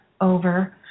over